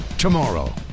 Tomorrow